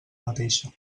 mateixa